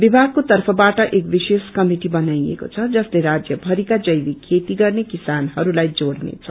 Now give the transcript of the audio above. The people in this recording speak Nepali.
विशागको तर्फबाट एक विषेष क्रमिटी बनाईएको छ जसले राज्य भरी जैविक खेती गर्ने किसानहरूलाई जोड़ने छ